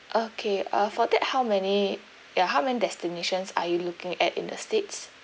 okay uh for that how many ya how many destinations are you looking at in the states